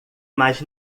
mais